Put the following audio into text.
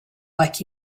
like